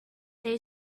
they